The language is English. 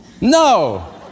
No